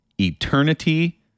eternity